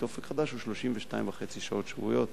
"אופק חדש" הוא 32.5 שעות שבועיות,